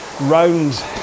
round